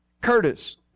curtis